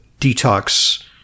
detox